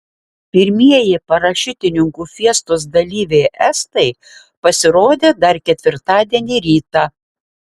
pirmieji parašiutininkų fiestos dalyviai estai pasirodė dar ketvirtadienį rytą